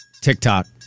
TikTok